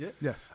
Yes